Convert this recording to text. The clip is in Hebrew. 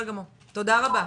בסדר גמור, תודה רבה.